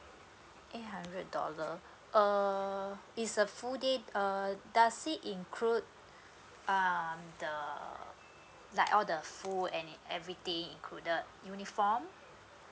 eight hundred dollar uh it's a full day uh does it include um the like all the food and everything included uniform